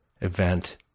event